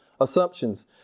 Assumptions